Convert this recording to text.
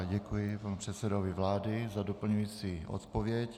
Děkuji panu předsedovi vlády za doplňující odpověď.